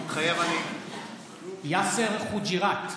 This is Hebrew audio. מתחייב אני יאסר חוג'יראת,